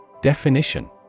Definition